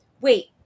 wait